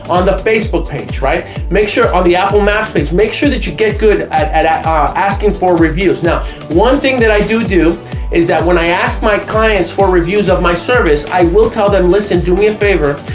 on the facebook page, right make sure on the apple maps page make sure that you get good at at ah asking for reviews. now one thing that i do do is that when i ask my clients for reviews of my service i will tell them, listen do me a favor,